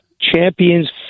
champions